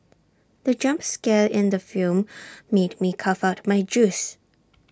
the jump scare in the film made me cough out my juice